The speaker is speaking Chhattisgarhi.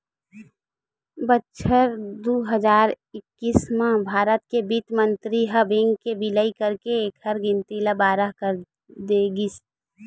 बछर दू हजार एक्कीस म भारत के बित्त मंतरी ह बेंक के बिलय करके एखर गिनती ल बारह कर दे गिस